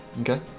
Okay